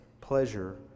pleasure